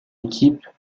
équipes